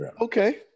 Okay